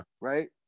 right